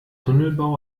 tunnelbau